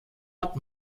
hat